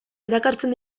erakartzen